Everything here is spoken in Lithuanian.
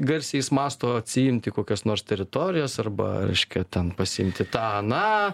garsiai jis mąsto atsiimti kokias nors teritorijas arba reiškia ten pasiimti tą aną